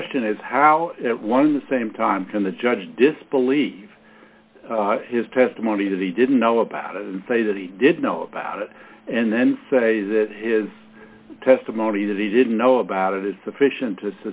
question is how one the same time can the judge disbelieve his testimony to the didn't know about it and say that he did know about it and then say that his testimony that he didn't know about it is sufficient to